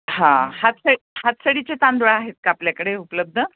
हां हातस हातसडीचे तांदूळ आहेत का आपल्याकडे उपलब्ध